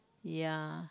ya